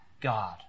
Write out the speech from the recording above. God